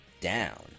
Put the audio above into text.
down